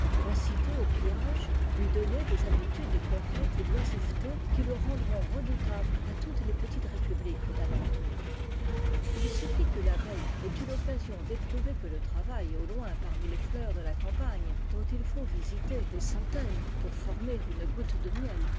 d'autrui tinciter au pillage lui donner des habitudes de conquête et d'oisiveté qui le rendront redoutable à toutes les petites républiques d'alentour il suffit que l'abeille ait eu l'occasion d'éprouver que le travail au loin parmi les fleurs de la campagne dont il faut visiter des centaines pour former une goutte de miel